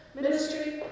ministry